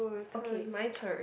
okay my turn